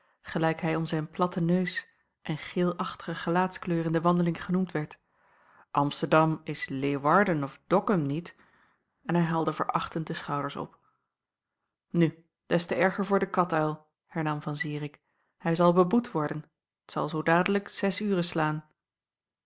gelijk hij om zijn platten neus en geelachtige gelaatskleur in de wandeling genoemd werd amsterdam is leeuwarden of dokkum niet en hij haalde verachtend de schouders op nu des te erger voor de katuil hernam an irik hij zal beboet worden t zal zoo dadelijk zes uren slaan